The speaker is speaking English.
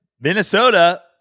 Minnesota